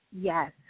Yes